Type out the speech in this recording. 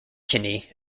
kinney